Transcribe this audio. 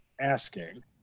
asking